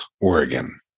Oregon